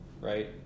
Right